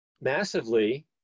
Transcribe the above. massively